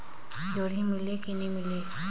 जोणी मीले कि नी मिले?